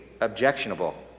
objectionable